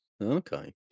Okay